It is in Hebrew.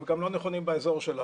הם גם לא נכונים באזור שלנו.